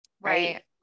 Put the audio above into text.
right